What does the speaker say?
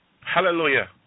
Hallelujah